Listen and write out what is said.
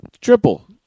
Triple